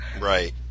Right